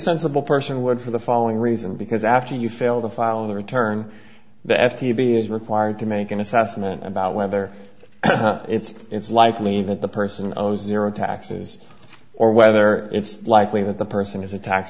sensible person would for the following reason because after you fail to file the return the f t c is required to make an assessment about whether it's it's likely that the person zero zero taxes or whether it's likely that the person is a tax